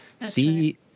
see